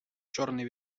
чорний